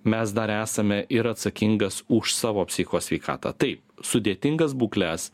mes dar esame ir atsakingas už savo psichikos sveikatą taip sudėtingas būkles